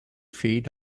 feed